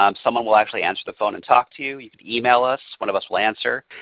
um someone will actually answer the phone and talk to you. you can email us. one of us will answer.